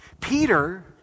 Peter